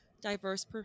diverse